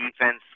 defense